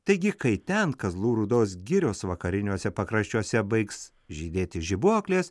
taigi kai ten kazlų rūdos girios vakariniuose pakraščiuose baigs žydėti žibuoklės